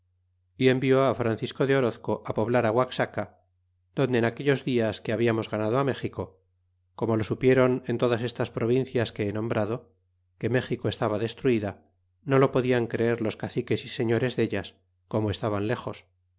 y envió francisco de horozco poblar guaxaca porque en aquellos dias que hablamos ganado méxico como lo supieron en todas estas provincias que he nombrado que méxico estaba destruida no lo podian creer los caciques y señores dellas como estaban lejos